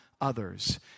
others